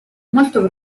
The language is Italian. molto